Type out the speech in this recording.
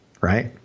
right